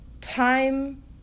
Time